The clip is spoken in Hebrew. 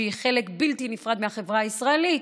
שהיא חלק בלתי נפרד מהחברה הישראלית,